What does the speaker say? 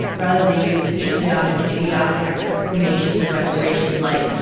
rather, they use histrionic, idiotic exclamations or declarations, like,